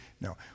No